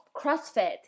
CrossFit